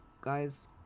guys